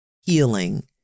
healing